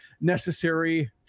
necessary